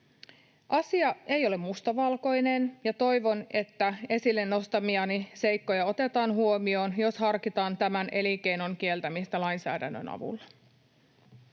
Asia ei ole mustavalkoinen, ja toivon, että esille nostamiani seikkoja otetaan huomioon, jos harkitaan tämän elinkeinon kieltämistä lainsäädännön avulla.